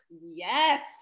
Yes